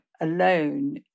alone